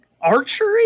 archery